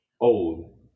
old